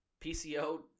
PCO